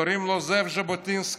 קוראים לו זאב ז'בוטינסקי.